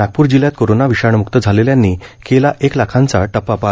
नागपूर जिल्ह्यात कोरोना विषाण्मुक्त झालेल्यांनी केला एक लाखांचा टप्पा पार